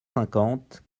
cinquante